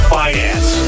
finance